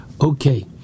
Okay